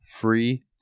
free